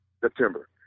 September